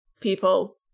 people